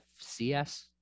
FCS